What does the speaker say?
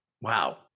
Wow